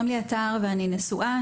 אני נשואה,